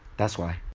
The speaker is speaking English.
that's why.